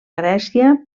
grècia